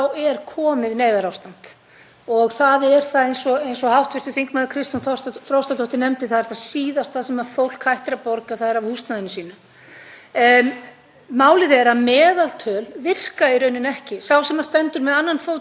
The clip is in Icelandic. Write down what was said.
Málið er að meðaltöl virka í rauninni ekki. Sá sem stendur með annan fótinn í ísköldu vatni og hinn í brennandi heitu hefur það að meðaltali mjög gott. Við erum að tala um fólk sem er í erfiðleikum, sem er bara